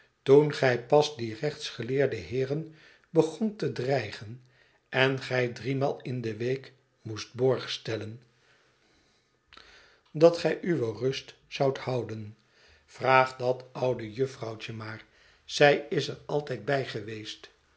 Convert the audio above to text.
toen gij pas die rechtsgeleerde heeren begont te dreigen en gij driemaal in de week moest borg stellen dat gij uwe sjstagsbts vbeemde gemoedsstemming rust zoudt houden vraag dat oude jufvrouwtje maar zij is er altijd bij geweest